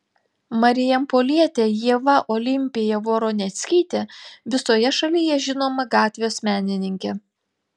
marijampolietė ieva olimpija voroneckytė visoje šalyje žinoma gatvės menininkė